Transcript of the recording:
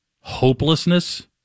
hopelessness